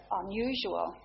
unusual